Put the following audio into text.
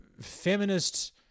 feminist